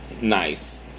Nice